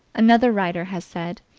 another writer has said,